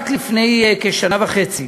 רק לפני כשנה וחצי